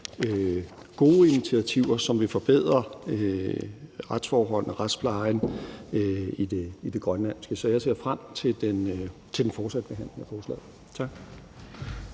gode initiativer, som vil forbedre retsforholdene, retsplejen, i det grønlandske. Så jeg ser frem til den fortsatte behandling af forslaget. Tak.